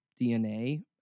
DNA